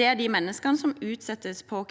det, er de menneskene som utsettes for